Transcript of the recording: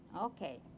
Okay